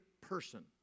person